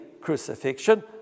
crucifixion